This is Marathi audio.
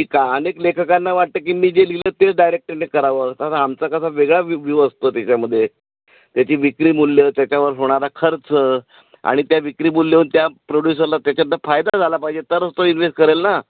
की का अनेक लेखकांना वाटतं की मी जे लिहिलं ते डायरेक्टरने करावं आता आमचा कसा वेगळा व्य व्यू असतो त्याच्यामध्ये त्याची विक्री मूल्य त्याच्यावर होणारा खर्च आणि त्या विक्रीमूल्याहून त्या प्रोड्युसरला त्याच्यातन फायदा झाला पाहिजे तरच तो इन्वेस्ट करेल ना